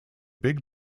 big